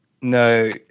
no